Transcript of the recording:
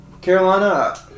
Carolina